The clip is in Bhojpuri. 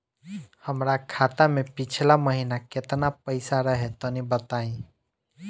हमरा खाता मे पिछला महीना केतना पईसा रहे तनि बताई?